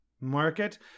market